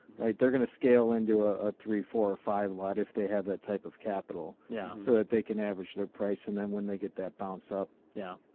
they're going to scale into a ah three, four, or five lot if they have that type of capital yeah so that they can average their price. and then when they get that bounce up. now,